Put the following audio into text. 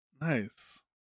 Nice